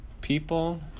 people